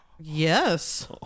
Yes